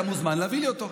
אתה מוזמן להביא לי אותו.